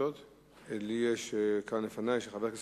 בחינות